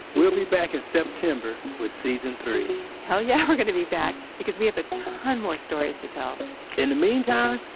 we'll be back in september with season three hell yeah we're gonna be back, because we have a ton more stories to tell in the meantime,